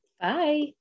Bye